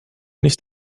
nicht